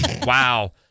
Wow